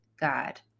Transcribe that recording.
God